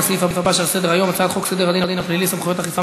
לסעיף הבא שעל סדר-היום: הצעת חוק סדר הדין הפלילי (סמכויות אכיפה,